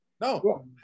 No